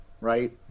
right